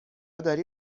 داری